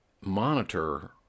monitor